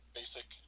basic